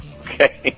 Okay